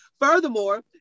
Furthermore